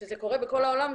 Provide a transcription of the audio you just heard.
זה קורה בכל העולם.